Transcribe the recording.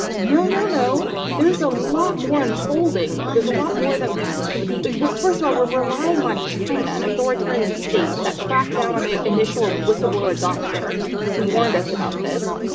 no, no, no, there's a lot more unfolding. there's a lot more that we we. first of all, we're relying on china, an authoritarian state that cracked down on the initial whistleblower doctor who warned us about this.